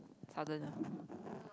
Southern ah